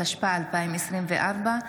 התשפ"ה 2024,